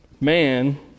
man